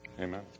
Amen